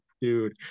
dude